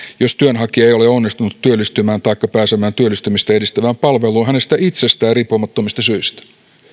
jos työnhakija ei ole onnistunut työllistymään taikka pääsemään työllistymistä edistävään palveluun hänestä itsestään riippumattomista syistä